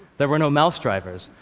there were no mouse drivers.